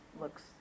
looks